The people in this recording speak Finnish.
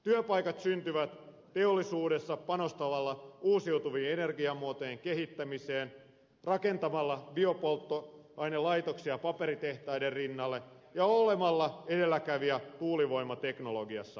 työpaikat syntyvät teollisuudessa panostamalla uusiutuvien energiamuotojen kehittämiseen rakentamalla biopolttoainelaitoksia paperitehtaiden rinnalle ja olemalla edelläkävijä tuulivoimateknologiassa